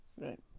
Right